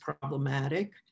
problematic